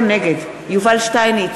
נגד יובל שטייניץ,